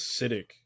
acidic